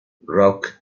rock